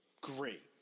great